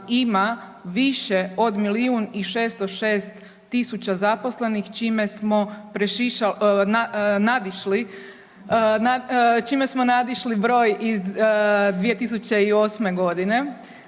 ima više od milijun i 606 tisuća zaposlenih čime smo nadišli broj iz 2008. godine.